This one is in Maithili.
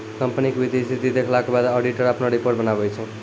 कंपनी के वित्तीय स्थिति देखला के बाद ऑडिटर अपनो रिपोर्ट बनाबै छै